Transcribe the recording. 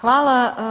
Hvala.